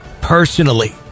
personally